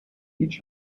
each